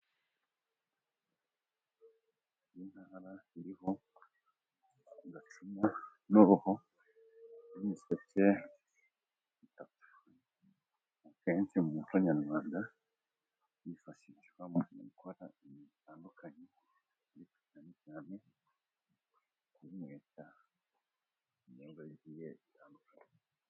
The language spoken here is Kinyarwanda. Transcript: iyi ntara iriho gacuma n'uruhu n'umuseke, akenshi mu muco nyarwanda byifashishwa mu gukora ibintu bitandukanye ariko cyane cyane kunywesha ibinyobwa bigiye bitandukanye.